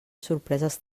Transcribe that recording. sorpreses